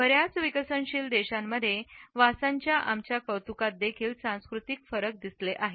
बर्याच विकसनशील देशांमध्ये वासांच्या आमच्या कौतुकात देखील सांस्कृतिक फरक आहेत